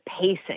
pacing